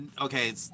okay